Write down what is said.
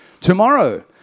Tomorrow